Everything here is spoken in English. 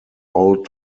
old